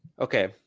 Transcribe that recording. Okay